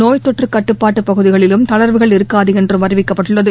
நோய்த்தொற்று கட்டுப்பாட்டு பகுதிகளிலும் தளா்வுகள் இருக்காது என்றும் அறிவிக்கப்பட்டுள்ளது